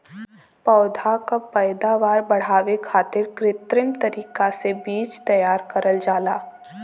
पौधा क पैदावार बढ़ावे खातिर कृत्रिम तरीका से बीज तैयार करल जाला